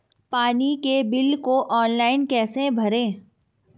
पानी के बिल को ऑनलाइन कैसे भरें?